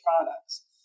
products